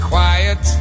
Quiet